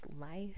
life